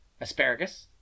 asparagus